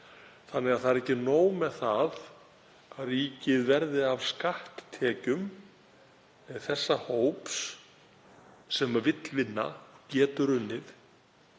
hætti. Það er ekki nóg með það að ríkið verði af skatttekjum þessa hóps sem vill vinna og getur unnið,